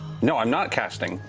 no, i'm not casting.